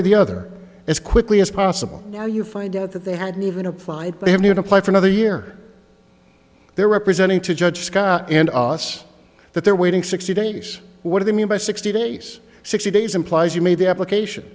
or the other as quickly as possible so you find out that they hadn't even applied they have to apply for another year there representing to judge scott and us that they're waiting sixty days what do you mean by sixty days sixty days implies you mean the application